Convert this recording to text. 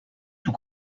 tout